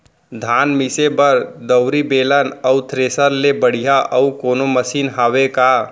धान मिसे बर दउरी, बेलन अऊ थ्रेसर ले बढ़िया अऊ कोनो मशीन हावे का?